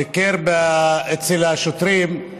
הוא ביקר אצל השוטרים,